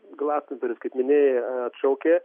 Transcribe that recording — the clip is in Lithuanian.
glastonberis kaip minėjai atšaukė